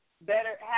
better